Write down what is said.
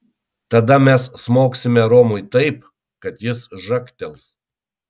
tada mes smogsime romui taip kad jis žagtels